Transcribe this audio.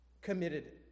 committed